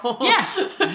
Yes